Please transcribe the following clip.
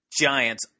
Giants